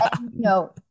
No